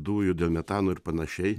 dujų dėl metano ir panašiai